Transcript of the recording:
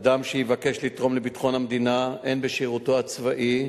אדם שיבקש לתרום לביטחון המדינה הן בשירותו הצבאי,